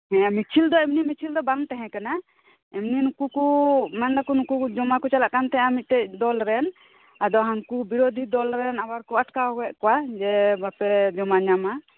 ᱦᱮᱸ ᱢᱤᱪᱷᱤᱞ ᱫᱚ ᱮᱢᱱᱤ ᱢᱤᱪᱷᱤᱞ ᱫᱚ ᱵᱟᱝ ᱛᱟᱦᱮᱸ ᱠᱟᱱᱟ ᱮᱢᱱᱤᱱᱩᱠᱩ ᱠᱚ ᱢᱮᱱ ᱫᱟ ᱱᱩᱠᱩ ᱠᱚ ᱡᱚᱢᱟ ᱠᱚ ᱪᱟᱞᱟᱜ ᱠᱟᱱ ᱛᱟᱦᱮᱸᱱᱟ ᱢᱤᱜᱴᱮᱱ ᱫᱚᱞ ᱨᱮᱱ ᱟᱫᱚ ᱦᱟᱝᱠᱩ ᱵᱤᱨᱳᱫᱷᱤ ᱫᱚᱞ ᱨᱮᱱ ᱟᱵᱟᱨ ᱠᱚ ᱟᱴᱠᱟᱣ ᱠᱮᱫ ᱠᱚᱣᱟ ᱡᱮ ᱵᱟᱯᱮᱡᱚᱢᱟ ᱧᱟᱢᱟ